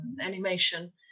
animation